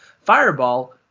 Fireball